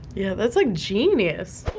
yeah, that's like genius.